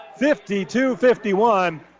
52-51